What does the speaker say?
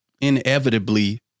inevitably